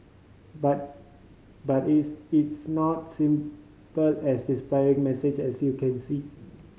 but but is it's not simple as a depressing message as you can see